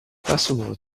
possible